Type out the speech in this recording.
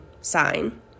sign